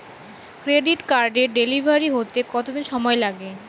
Credit কার্ডের delivery হতে কতদিন সময় লাগে?